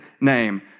name